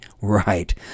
right